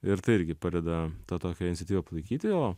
ir tai irgi padeda tą tokią iniciatyvą palaikyti o